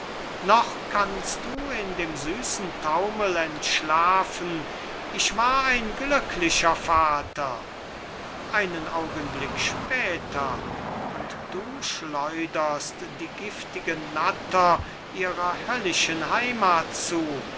noch kannst du in dem süßen taumel entschlafen ich war ein glücklicher vater einen augenblick später und du schleuderst die giftige natter ihrer höllischen heimath zu